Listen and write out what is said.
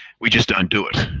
we just don't do it.